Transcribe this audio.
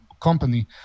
company